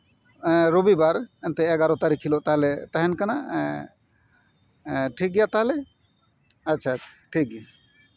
ᱨᱚᱵᱤᱵᱟᱨ ᱮᱱᱛᱮᱜ ᱮᱜᱟᱨᱳ ᱛᱟᱹᱨᱤᱠᱷ ᱦᱤᱞᱳᱜ ᱛᱟᱦᱞᱮ ᱛᱟᱦᱮᱱ ᱠᱟᱱᱟ ᱴᱷᱤᱠ ᱜᱮᱭᱟ ᱛᱟᱦᱞᱮ ᱟᱪᱪᱷᱟ ᱟᱪᱪᱷᱟ ᱴᱷᱤᱠ ᱜᱮᱭᱟ